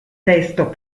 testo